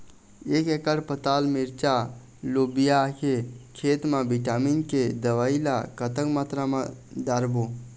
एक एकड़ पताल मिरचा लोबिया के खेत मा विटामिन के दवई ला कतक मात्रा म डारबो?